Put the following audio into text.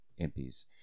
Impies